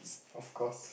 of course